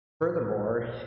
Furthermore